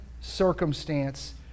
circumstance